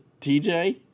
TJ